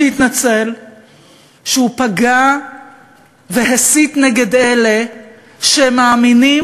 שיתנצל על שפגע והסית נגד אלה שמאמינים